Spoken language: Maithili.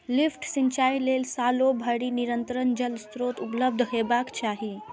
लिफ्ट सिंचाइ लेल सालो भरि निरंतर जल स्रोत उपलब्ध हेबाक चाही